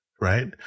right